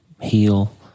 heal